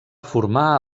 formar